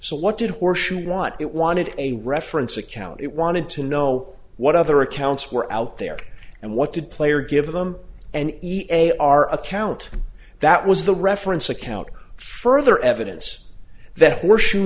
so what did horseshoes want it wanted a reference account it wanted to know what other accounts were out there and what did player give them an e a our account that was the reference account further evidence that her shoes